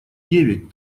девять